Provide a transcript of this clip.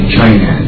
China